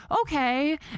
okay